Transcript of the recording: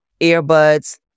earbuds